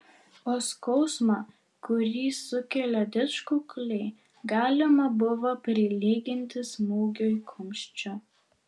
o skausmą kurį sukelia didžkukuliai galima buvo prilyginti smūgiui kumščiu